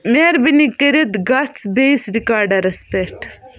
مہربٲنی کٔرِتھ گژھ بیٚیِس ریکاڈرس پٮ۪ٹھ